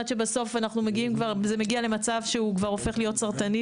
עד שבסוף זה מגיע למצב שהוא כבר הופך להיות סרטני,